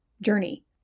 journey